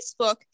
facebook